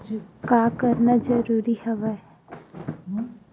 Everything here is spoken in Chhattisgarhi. का करना जरूरी हवय?